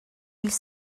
ils